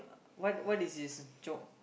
what what is his job